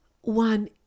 one